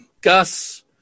Gus